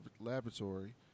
Laboratory